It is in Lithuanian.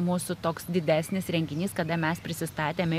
mūsų toks didesnis renginys kada mes prisistatėm